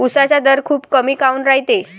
उसाचा दर खूप कमी काऊन रायते?